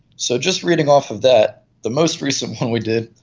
so just reading off of that, the most recent one we did,